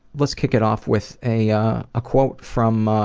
let's kick it off with a ah ah quote from, ah,